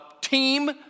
team